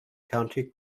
county